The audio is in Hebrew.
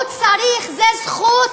הוא צריך, זו זכות,